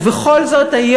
ובכל זאת,